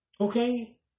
Okay